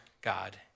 God